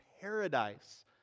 paradise